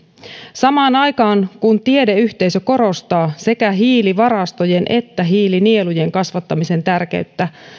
samaan aikaan kun tiedeyhteisö korostaa sekä hiilivarastojen että hiilinielujen kasvattamisen tärkeyttä